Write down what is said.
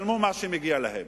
שלמו מה שמגיע להם.